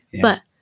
but-